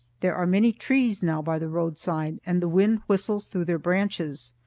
there are many trees now by the roadside, and the wind whistles through their branches.